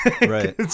right